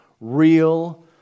real